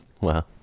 Wow